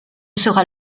sera